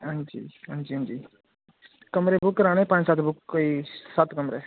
हांजी हांजी हांजी कमरे बुक कराने कोई पंज सत्त बुक कोई सत्त कमरे